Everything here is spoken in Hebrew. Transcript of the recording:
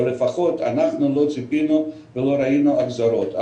או לפחות לא ציפינו ולא ראינו החזרות.